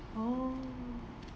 oh